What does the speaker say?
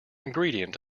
ingredient